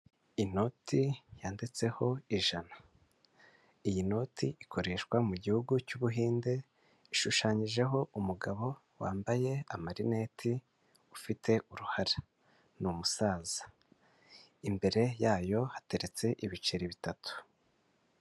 Inoti yanditseho ijana, iyi noti ikoreshwa mu gihugu cy'Ubuhinde, ishushanyijeho umugabo wambaye amarineti ufite uruhara, ni umusaza, imbere yayo hateretse ibiceri bitatu.